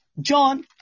John